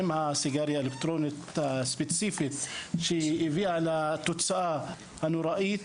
הסיגריה האלקטרונית הספציפית שהביאה לתוצאה הנוראית,